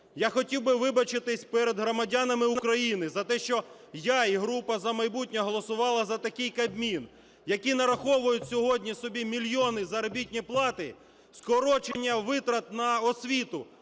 Я хотів би вибачитись перед громадянами України за те, що я і група "За майбутнє" голосували за такий Кабмін, які нараховують сьогодні собі мільйони заробітної плати. Скорочення витрат на освіту